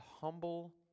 humble